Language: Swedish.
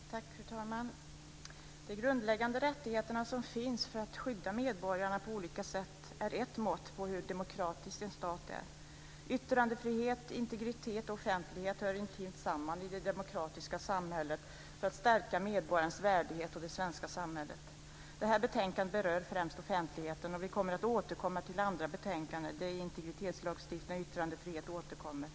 Fru talman! De grundläggande rättigheter som finns för att skydda medborgarna på olika sätt är ett mått på hur demokratisk en stat är. Yttrandefrihet, integritet och offentlighet hör intimt samman i det demokratiska samhället för att stärka medborgarnas värdighet och det svenska samhället. Det här betänkandet berör främst offentligheten, och vi kommer att återkomma till andra betänkanden där integritetslagstiftning och yttrandefrihet återkommer.